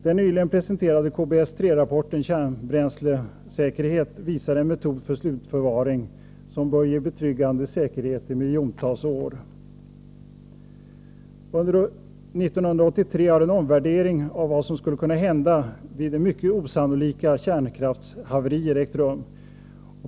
Den nyligen presenterade KBS-3-rapporten — KBS står för kärnbränslesäkerhet — visar en metod för slutförvaring, som bör ge betryggande säkerhet i miljontals år. Under 1983 har en omvärdering av vad som skulle kunna hända vid mycket osannolika stora kärnkraftshaverier ägt rum.